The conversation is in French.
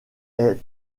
est